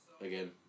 again